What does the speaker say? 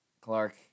Clark